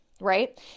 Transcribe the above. right